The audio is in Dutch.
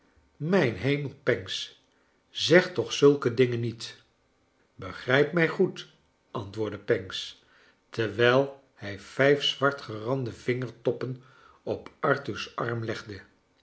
mijn hemel pancks zeg toch zulke dingen niet begrijp mij goed antwoordde pancks terwijl hij vijf zwart gerande vingertoppen op arthur's arm legde